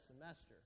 semester